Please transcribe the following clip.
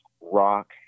rock